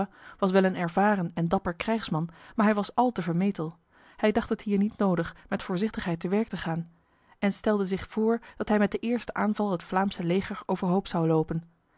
wel een ervaren en dapper krijgsman maar hij was al te vermetel hij dacht het hier niet nodig met voorzichtigheid te werk te gaan en stelde zich voor dat hij met de eerste aanval het vlaamse leger overhoop zou lopen